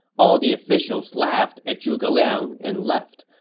all the officials laughed at zhuge liang and left,